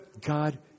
God